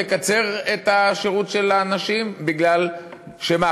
לקצר את השירות של הנשים כי מה,